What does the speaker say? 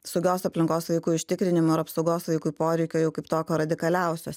saugios aplinkos vaikui užtikrinimo ir apsaugos vaikui poreikio jau kaip tokio radikaliausios